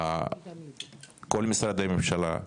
כל משרדי הממשלה,